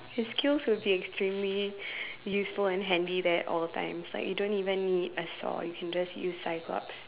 his skills would be extremely useful and handy at all times like you don't even need a saw you can just use Cyclops